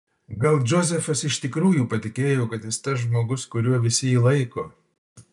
gal džozefas iš tikrųjų patikėjo kad jis tas žmogus kuriuo visi jį laiko